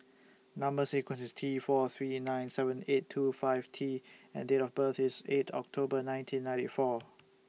Number sequence IS T four three nine seven eight two five T and Date of birth IS eight October nineteen ninety four